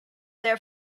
their